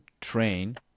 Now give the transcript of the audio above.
train